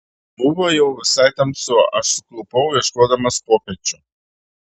buvo jau visai tamsu aš suklupau ieškodamas kopėčių